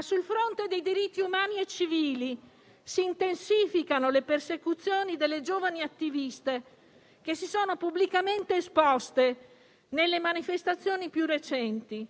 Sul fronte dei diritti umani e civili si intensificano le persecuzioni delle giovani attiviste che si sono pubblicamente esposte nelle manifestazioni più recenti